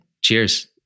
Cheers